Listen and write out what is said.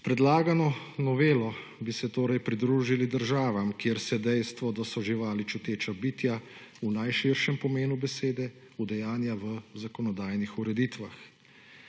S predlagano novelo bi se torej pridružili državam kjer se dejstvo, da so živali čuteča bitja, v najširšem pomenu besede udejanja v zakonodajnih ureditvah.